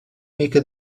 mica